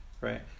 right